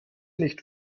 nicht